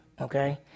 okay